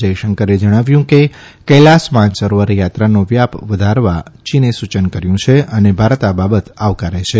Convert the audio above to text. જયશંકરે જણાવ્યું કે કૈલાસ માનસરોવર થાત્રાનો વ્યાપ વધારવા ચીને સૂયન કર્યું છે અને ભારત આ બાબત આવકારે છે